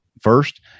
first